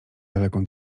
daleką